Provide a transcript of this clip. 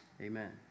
Amen